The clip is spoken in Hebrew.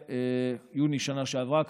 יוני בשנה שעברה כבר,